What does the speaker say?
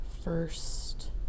first